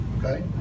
Okay